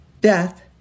Death